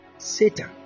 satan